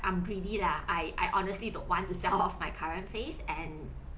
I'm greedy lah I I honestly don't want to sell off my current place and